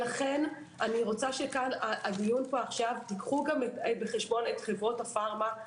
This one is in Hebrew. לכן אני רוצה שהדיון, קחו בחשבון את חברות הפארמה.